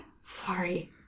Sorry